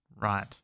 Right